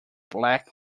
black